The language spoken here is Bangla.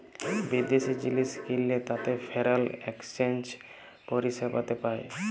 বিদ্যাশি জিলিস কিললে তাতে ফরেল একসচ্যানেজ পরিসেবাতে পায়